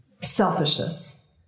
selfishness